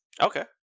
okay